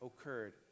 occurred